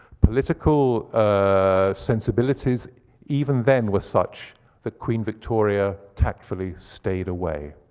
political ah sensibilities even then were such that queen victoria tactfully stayed away.